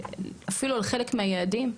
אפילו לחלק מהיעדים?